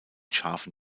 scharfen